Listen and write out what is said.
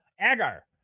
agar